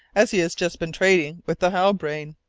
as he has just been trading with the halbrane.